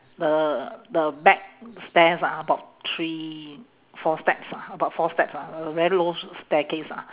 the the back stairs ah about three four steps lah about four steps ah a very low staircase ah